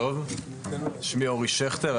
שמי אורי שכטר,